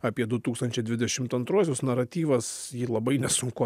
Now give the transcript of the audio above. apie du tūkstančiai dvidešimt antruosius naratyvas jį labai nesunku